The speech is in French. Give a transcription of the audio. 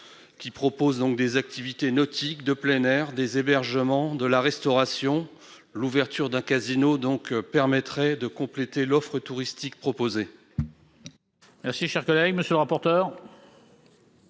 Qui proposent donc des activités nautiques de plein air des hébergements de la restauration, l'ouverture d'un casino donc permettrait de compléter l'offre touristique.